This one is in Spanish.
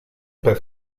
pez